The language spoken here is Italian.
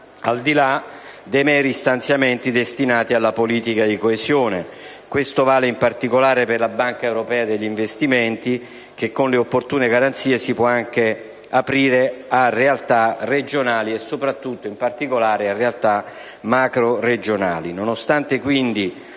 al di là dei meri stanziamenti destinati alla politica di coesione. Questo vale, in particolare, per la Banca europea per gli investimenti che, con le dovute garanzie, si può anche aprire a realtà regionali e soprattutto a realtà macroregionali.